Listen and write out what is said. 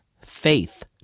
faith